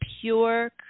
pure